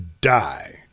die